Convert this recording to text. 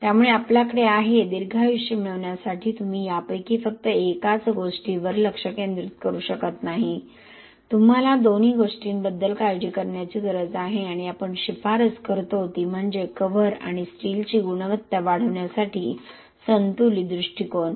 त्यामुळे आमच्याकडे आहे दीर्घायुष्य मिळविण्यासाठी तुम्ही यापैकी फक्त एकाच गोष्टीवर लक्ष केंद्रित करू शकत नाही तुम्हाला दोन्ही गोष्टींबद्दल काळजी करण्याची गरज आहे आणि आपण शिफारस करतो ती म्हणजे कव्हर आणि स्टीलची गुणवत्ता वाढवण्यासाठी संतुलित दृष्टिकोन